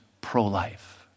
pro-life